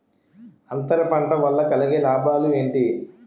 అంతర పంట వల్ల కలిగే లాభాలు ఏంటి